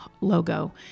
logo